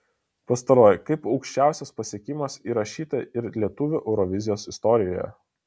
pastaroji kaip aukščiausias pasiekimas įrašyta ir lietuvių eurovizijos istorijoje